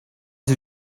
did